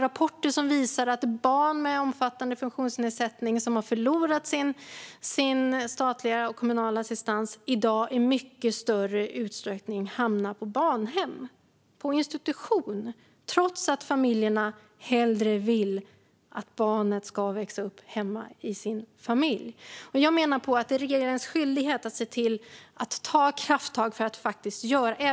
Rapporter visar att barn med omfattande funktionsnedsättning som har förlorat sin statliga och kommunala assistans i dag i mycket större utsträckning hamnar på barnhem, på institution, trots att familjerna hellre vill att barnet ska växa upp hemma i sin familj. Jag menar att det är regeringens skyldighet att se till att ta krafttag för att faktiskt göra något åt detta.